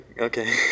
Okay